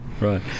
right